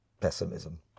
pessimism